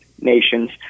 nations